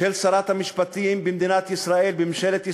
של שרת המשפטים במדינת ישראל, בממשלת ישראל,